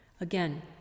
Again